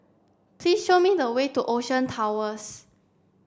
please show me the way to Ocean Towers